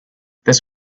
this